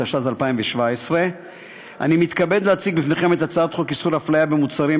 התשע"ז 2017. אני מתכבד להציג בפניכם את הצעת חוק איסור הפליה במוצרים,